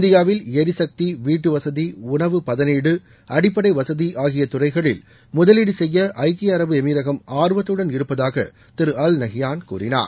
இந்தியாவில் எரிசக்தி வீட்டுவசதி உணவு பதனீடு அடிப்படை வசதி ஆகிய துறைகளில் முதலீடு செய்ய ஐக்கிய அரபு எமிரகம் ஆர்வத்துடன் இருப்பதாக திரு அல் நஹ்யான் கூறினார்